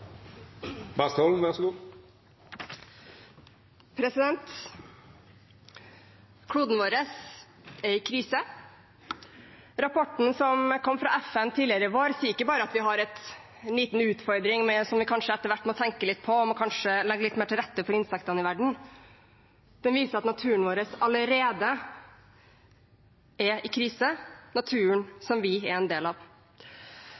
krise. Rapporten som kom fra FN tidligere i vår, sier ikke bare at vi har en liten utfordring som vi kanskje etter hvert må tenke litt på, og kanskje må legge litt mer til rette for insektene i verden. Den viser at naturen vår allerede er i krise – naturen som vi er en del av.